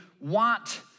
want